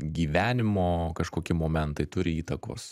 gyvenimo kažkokie momentai turi įtakos